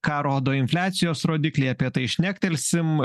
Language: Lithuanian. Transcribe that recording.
ką rodo infliacijos rodikliai apie tai šnektelsim